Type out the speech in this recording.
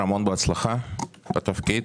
המון בהצלחה בתפקיד.